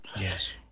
Yes